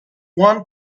one